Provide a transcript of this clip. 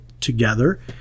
together